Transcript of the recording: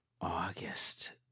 August